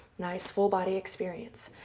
nice full body experience.